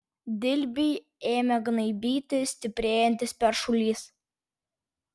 dilbį ėmė gnaibyti stiprėjantis peršulys